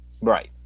Right